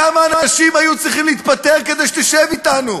תראה כמה אנשים היו צריכים להתפטר כדי שתשב אתנו.